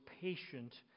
patient